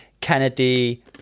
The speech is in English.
kennedy